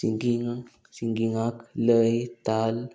singing सिंगिंगाक लय ताल